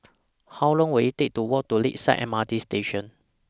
How Long Will IT Take to Walk to Lakeside M R T Station